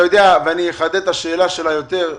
אני אחדד את השאלה של חברת הכנסת קרן ברק.